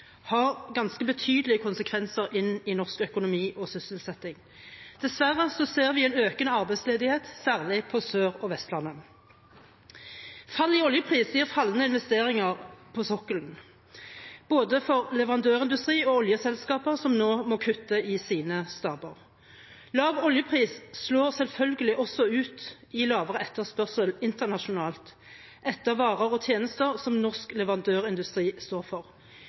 har ganske betydelige konsekvenser inn i norsk økonomi og sysselsetting. Dessverre ser vi en økende arbeidsledighet, særlig på Sør- og Vestlandet. Fallet i oljepris gir fallende investeringer på sokkelen, både for leverandørindustri og oljeselskaper som nå må kutte i sine staber. Lav oljepris slår selvfølgelig også ut i lavere etterspørsel internasjonalt etter varer og tjenester som norsk leverandørindustri står for.